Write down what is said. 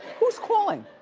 who's calling?